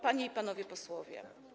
Panie i Panowie Posłowie!